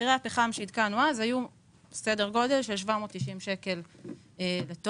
מחירי הפחם שעדכנו אז היו כ-790 שקל לטון,